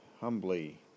humbly